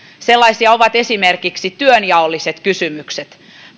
sellaisia ovat esimerkiksi työnjaolliset kysymykset